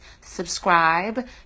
subscribe